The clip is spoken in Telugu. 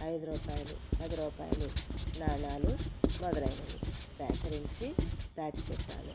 ఐదు రూపాయలు పది రూపాయలు నాణాలు మొదలైనవి సేకరించి దాచిపెట్టే దాన్ని